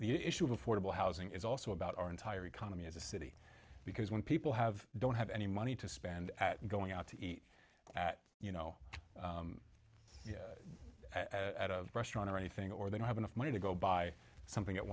the issue of affordable housing is also about our entire economy as a city because when people have don't have any money to spend going out to eat at you know at a restaurant or anything or they don't have enough money to go buy something at